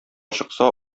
чыкса